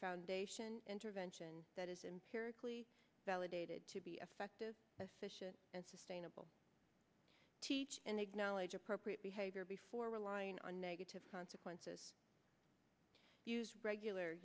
foundation intervention that is in peer cli validated to be effective and sustainable teach and acknowledge appropriate behavior before relying on negative consequences use regular